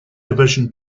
division